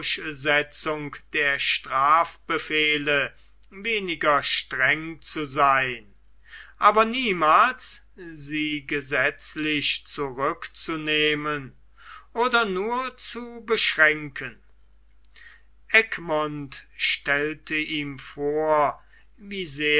durchsetzung der strafbefehle weniger streng zu sein aber niemals sie gesetzlich zurückzunehmen oder nur zu beschränken egmont stellte ihm vor wie sehr